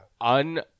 Un